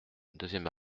deuxième